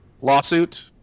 lawsuit